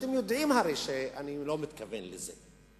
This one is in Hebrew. הרי אתם יודעים שאני לא מתכוון לזה.